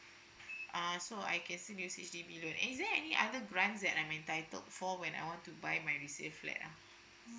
uh so I can still loan is there any other brands that I'm entitled for when I want to buy my resale flat ah